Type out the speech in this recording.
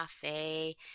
cafe